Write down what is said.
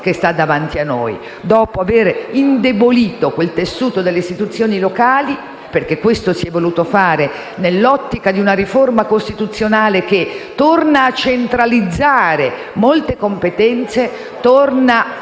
che sta davanti a noi, dopo aver indebolito il tessuto delle istituzioni locali. Infatti, si è voluto fare questo proprio nell'ottica di una riforma costituzionale che torna a centralizzare molte competenze, a